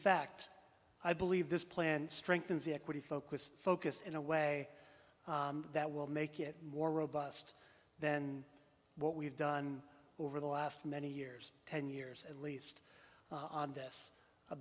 fact i believe this plan strengthens equity focused focus in a way that will make it more robust than what we have done over the last many years ten years at least on this